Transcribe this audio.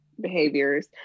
behaviors